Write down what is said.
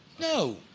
No